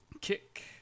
kick